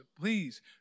please